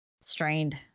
strained